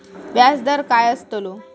व्याज दर काय आस्तलो?